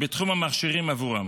בתחום המכשירים עבורם.